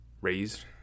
raised